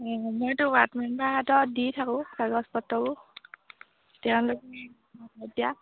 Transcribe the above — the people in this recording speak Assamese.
মইতো ৱাৰ্ড মেম্বাৰৰ হাতত দি থাকোঁ কাগজ পত্ৰবোৰ তেওঁলোকে কেতিয়া